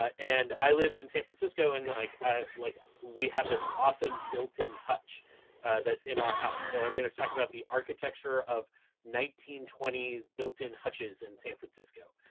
and i live in san francisco. and like, ah like ah we have this awesome built-in hutch that's in our house. so i'm going to talk about the architecture of nineteen twenty s built-in hutches in san francisco.